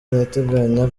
irateganya